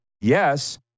yes